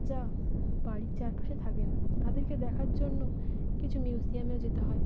যা বাড়ির চারপাশে থাকে না তাদেরকে দেখার জন্য কিছু মিউজিয়ামেও যেতে হয়